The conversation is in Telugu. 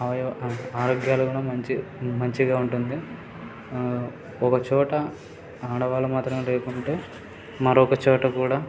అవయవ ఆరోగ్యాలు కూడా మంచి మంచిగా ఉంటుంది ఒక చోట ఆడవాళ్ళు మాత్రమే లేకుంటే మరొక చోట కూడా